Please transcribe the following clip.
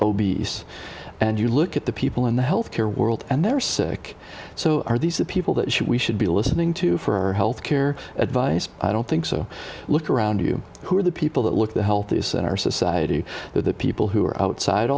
obese and you look at the people in the health care world and they're sick so are these the people that should we should be listening to for health care advice i don't think so look around you who are the people that look the healthiest in our society that the people who are outside